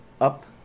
up